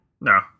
no